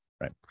right